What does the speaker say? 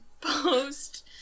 Post